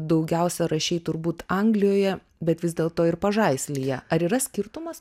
daugiausia rašei turbūt anglijoje bet vis dėlto ir pažaislyje ar yra skirtumas